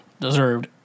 deserved